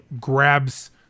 grabs